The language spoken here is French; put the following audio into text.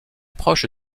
proche